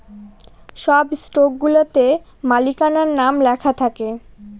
সব স্টকগুলাতে মালিকানার নাম লেখা থাকে